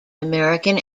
american